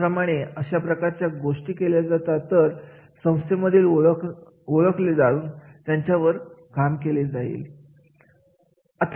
त्याच प्रमाणे अशा प्रकारच्या गोष्टी केल्या तर संस्थेमधील ओळखले जाऊन त्यांच्यावर काम केले जाईल